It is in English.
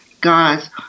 guys